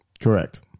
Correct